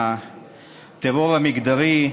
הטרור המגדרי,